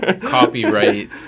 copyright